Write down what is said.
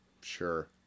Sure